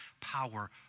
power